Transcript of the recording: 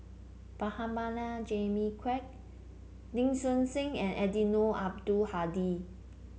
Prabhakara Jimmy Quek Lee Seow Ser and Eddino Abdul Hadi